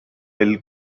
bill